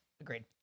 agreed